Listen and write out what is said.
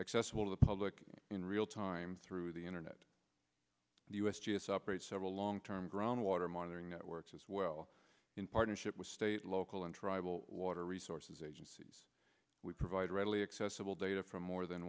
accessible to the public in real time through the internet the u s g s operates several long term groundwater monitoring networks as well in partnership with state local and tribal water resources agencies we provide readily accessible data from more than